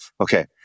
okay